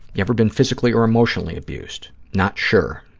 you ever been physically or emotionally abused? not sure.